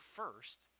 first